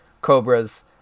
Cobras